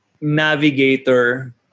navigator